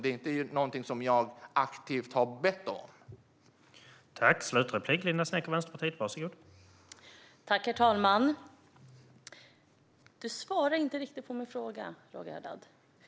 Det är inte något som jag aktivt har bett dem om.